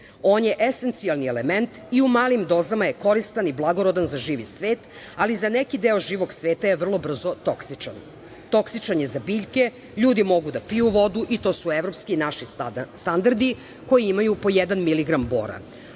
On je esencijalni element i u malim dozama je koristan i blagorodan za živi svet, ali za neki deo živog svega je vrlo brzo toksičan. Toksičan je za biljke, ljudi mogu da piju vodu, i to su evropski i naši standardi, koji imaju po jedan